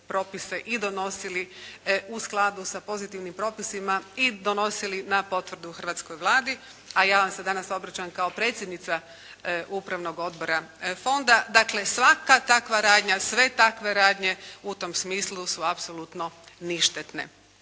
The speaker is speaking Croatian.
i donosili u skladu sa pozitivnim prosima i donosili na potvrdu hrvatskoj Vladi, a ja vam se danas obraćam kao predsjednica Upravnog odbora Fonda. Dakle, svaka takva radnja, sve takve radnje u tom smislu su apsolutno ništetne.